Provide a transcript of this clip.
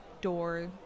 door